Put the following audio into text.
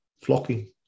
flocking